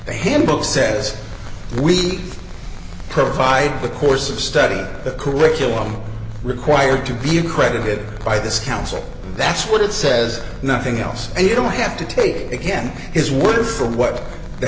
handbook says we provide a course of study the curriculum required to be accredited by this council that's what it says nothing else and you don't have to take again his word for what the